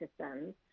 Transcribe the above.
systems